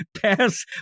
Pass